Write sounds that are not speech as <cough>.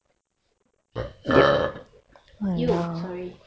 <noise> !eww! sorry